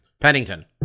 Pennington